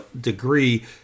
degree